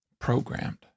programmed